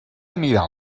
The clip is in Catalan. anirà